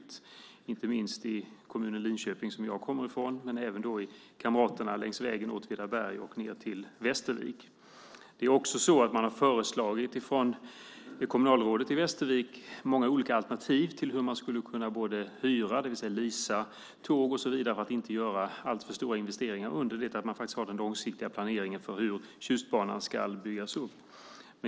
Det gäller inte minst i kommunen Linköping, som jag kommer ifrån, och även för kamraterna i Åtvidaberg och ned till Västervik. Det är också så att kommunalrådet i Västervik föreslagit många olika alternativ. Man skulle kunna hyra tåg, leasa och så vidare för att inte göra alltför stora investeringar under tiden som man gör den långsiktiga planeringen för hur Tjustbanan ska byggas upp.